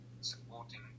supporting